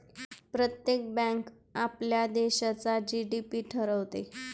प्रत्येक बँक आपल्या देशाचा जी.डी.पी ठरवते